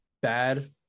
bad